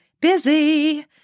Busy